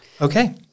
Okay